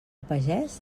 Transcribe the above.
pagès